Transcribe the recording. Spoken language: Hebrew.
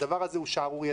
הדבר זה הוא שערורייתי,